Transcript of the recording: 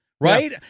right